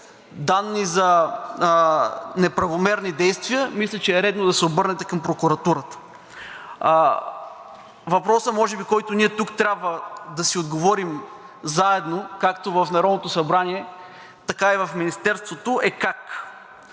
данни за неправомерни действия, мисля, че е редно да се обърнете към прокуратурата. Въпросът може би, на който ние тук трябва да си отговорим заедно, както в Народното събрание, така и в Министерството, е как?